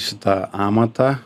šitą amatą